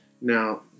Now